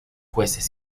jueces